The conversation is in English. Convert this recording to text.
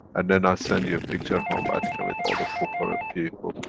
and then i send you a picture from vatican, with all the purpura people,